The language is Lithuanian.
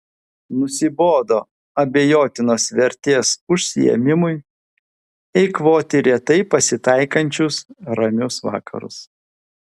nusibodo abejotinos vertės užsiėmimui eikvoti retai pasitaikančius ramius vakarus